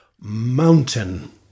mountain